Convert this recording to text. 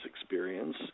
experience